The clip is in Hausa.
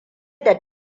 da